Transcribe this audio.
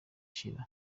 ishira